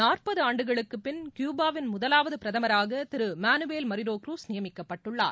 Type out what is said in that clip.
நாற்பது ஆண்டுகளுக்கு பிள் கியூபாவின் முதலாவது பிரதமராக திரு மானுவேல் மரிரோ க்ருஸ் நியமிக்கப்பட்டுள்ளார்